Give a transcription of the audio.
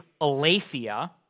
aletheia